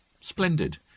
Splendid